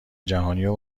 جهانیو